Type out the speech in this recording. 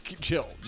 chill